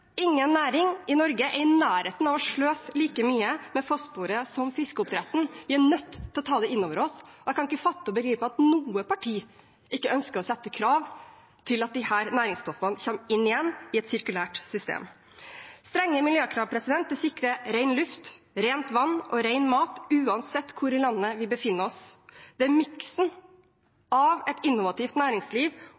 Ingen annen næring i Norge er i nærheten av å sløse like mye med fosfor som fiskeoppdrettsnæringen. Vi er nødt til å ta det inn over oss. Jeg kan ikke fatte og begripe at noe parti ikke ønsker å sette krav til at disse næringsstoffene kommer inn igjen i et sirkulært system. Strenge miljøkrav sikrer ren luft, rent vann og ren mat uansett hvor i landet vi befinner oss. Det er miksen